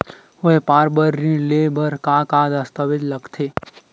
व्यापार बर ऋण ले बर का का दस्तावेज लगथे?